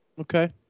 Okay